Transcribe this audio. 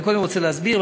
קודם אני רוצה להסביר,